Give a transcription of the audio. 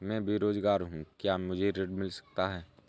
मैं बेरोजगार हूँ क्या मुझे ऋण मिल सकता है?